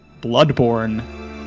Bloodborne